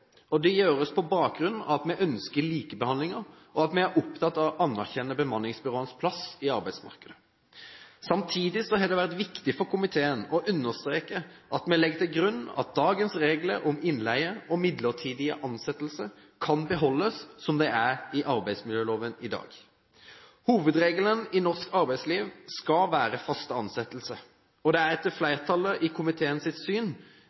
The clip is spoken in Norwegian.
Det gjøres på bakgrunn av at vi ønsker likebehandlingen, og at vi er opptatt av å anerkjenne bemanningsbyråenes plass i arbeidsmarkedet. Samtidig har det vært viktig for komiteen å understreke at vi legger til grunn at dagens regler om innleie og midlertidige ansettelser kan beholdes slik de er i arbeidsmiljøloven i dag. Hovedregelen i norsk arbeidsliv skal være faste ansettelser. Det er etter komitéflertallets syn og utallige juridiske utredningers syn